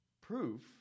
Proof